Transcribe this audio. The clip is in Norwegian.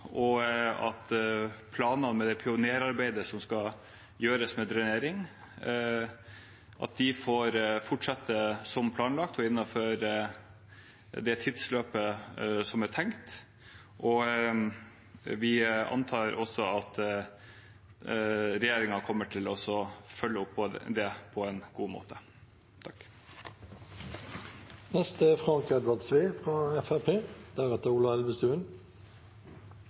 og at planene for det pionerarbeidet som skal gjøres med drenering, får fortsette som planlagt og innenfor det tidsløpet som er tenkt. Vi antar også at regjeringen kommer til å følge opp det på en god måte.